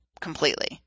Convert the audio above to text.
completely